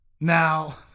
Now